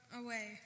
away